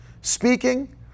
speaking